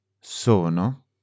Sono